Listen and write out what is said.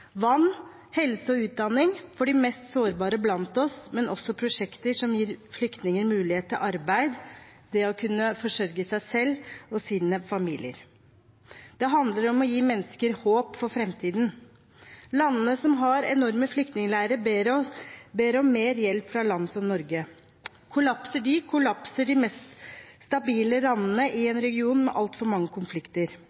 vann, helse og utdanning for de mest sårbare blant oss, men også prosjekter som gir flyktninger mulighet til arbeid – det å kunne forsørge seg selv og sine familier. Det handler om å gi mennesker håp for framtiden. Landene som har enorme flyktningleirer, ber om mer hjelp fra land som Norge. Kollapser de, kollapser de mest stabile landene i